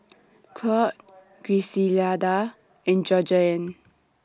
Cloyd Griselda and Georgeann